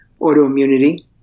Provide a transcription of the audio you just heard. autoimmunity